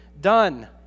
done